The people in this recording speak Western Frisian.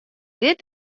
dit